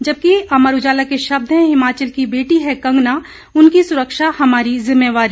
जबकि अमर उजाला के शब्द हैं हिमाचल की बेटी हैं कंगना उनकी सुरक्षा हमारी जिम्मेवारी